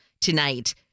tonight